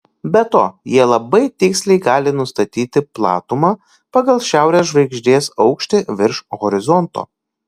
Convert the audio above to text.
be to jie labai tiksliai gali nustatyti platumą pagal šiaurės žvaigždės aukštį virš horizonto